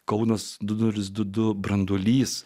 kaunas du nulis du du branduolys